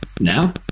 now